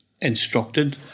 instructed